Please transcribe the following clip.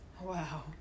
Wow